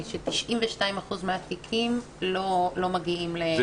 ש 92% מהתיקים לא מגיעים להעמדה לדין.